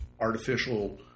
artificial